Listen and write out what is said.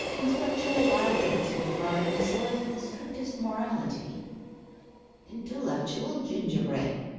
intellectual wild oats will thrive in a soil of the strictest morality intellectual gingerbread!